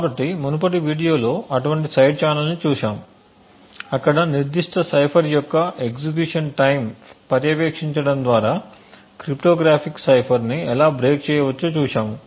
కాబట్టి మునుపటి వీడియోలో అటువంటి సైడ్ ఛానెల్ని చూశాము అక్కడ నిర్దిష్ట సైఫర్ యొక్క ఎగ్జిక్యూషన్ టైమ్ పర్యవేక్షించడం ద్వారా క్రిప్టోగ్రాఫిక్ సైఫర్ని ఎలా బ్రేక్ చేయవచ్చో చూశాము